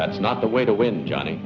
that's not the way to win johnny